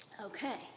Okay